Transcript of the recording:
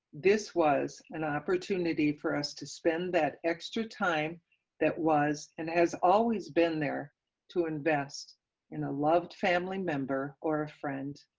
this was an opportunity for us to spend that extra time that was and has always been there to invest in a loved family member or friend.